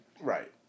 Right